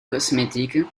cosmétique